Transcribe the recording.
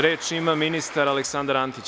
Reč ima ministar Aleksandar Antić.